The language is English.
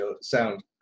sound